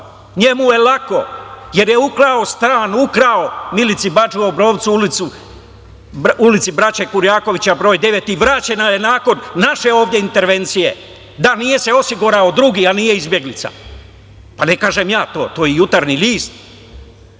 njemu je lako, jer je ukrao stan, ukrao Milici Badžu u Obrovcu, u ulici Braće Kurjakovića broj 9. i vraćen je nakon naše ovde intervencije, da nije se osigurao drugi, a nije izbeglica. Pa ne kažem ja to, to Jutarnji list